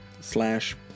slash